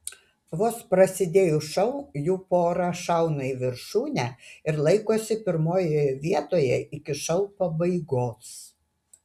vos prasidėjus šou jų pora šauna į viršūnę ir laikosi pirmojoje vietoje iki šou pabaigos